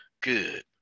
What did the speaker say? Good